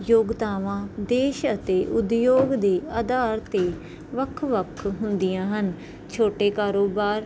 ਯੋਗਤਾਵਾਂ ਦੇਸ਼ ਅਤੇ ਉਦਯੋਗ ਦੇ ਆਧਾਰ ਤੇ ਵੱਖ ਵੱਖ ਹੁੰਦੀਆਂ ਹਨ ਛੋਟੇ ਕਾਰੋਬਾਰ